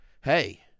hey